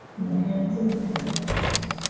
hands and fingers.